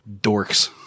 dorks